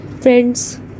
Friends